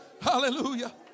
hallelujah